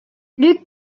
luc